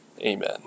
Amen